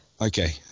Okay